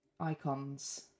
icons